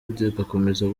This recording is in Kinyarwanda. igakomeza